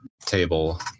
table